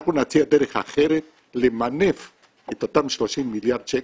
אנחנו נציע דרך אחרת למנף את אותם 30 מיליארד שקל.